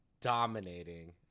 Dominating